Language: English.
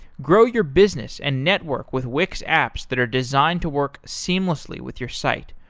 grow your business and network with wix apps that are designed to work seamlessly with your site,